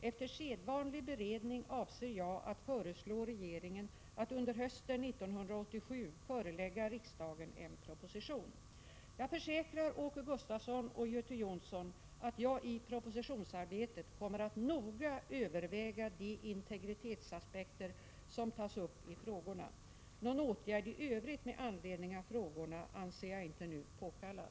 Efter sedvanlig beredning avser jag att föreslå regeringen att under hösten 1987 förelägga riksdagen en proposition. Jag försäkrar Åke Gustavsson och Göte Jonsson att jag i propositionsarbetet kommer att noga överväga de integritetsaspekter som tas upp i frågorna. Någon åtgärd i övrigt med anledning av frågorna anser jag nu ej påkallad.